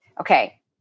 Okay